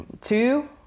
Two